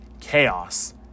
chaos